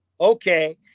okay